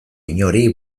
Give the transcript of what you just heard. inori